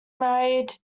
married